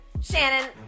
Shannon